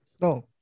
No